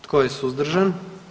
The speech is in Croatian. Tko je suzdržan?